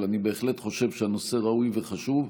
אבל אני בהחלט חושב שהנושא ראוי וחשוב.